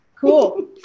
Cool